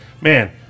man